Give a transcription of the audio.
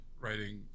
writing